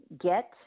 get